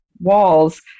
walls